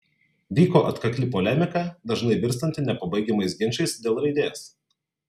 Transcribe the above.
vyko atkakli polemika dažnai virstanti nepabaigiamais ginčais dėl raidės